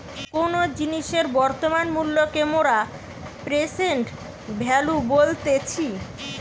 কোনো জিনিসের বর্তমান মূল্যকে মোরা প্রেসেন্ট ভ্যালু বলতেছি